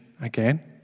again